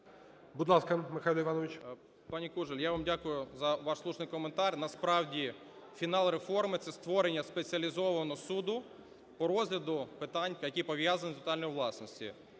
Будь ласка, Михайло Іванович.